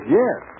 yes